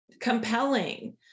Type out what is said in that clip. compelling